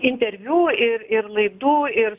interviu ir ir laidų ir